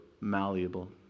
malleable